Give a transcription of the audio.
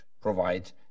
provide